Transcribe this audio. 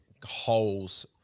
Holes